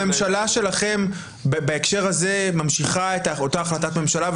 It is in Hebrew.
הממשלה שלכם בהקשר הזה ממשיכה את אותה החלטת ממשלה,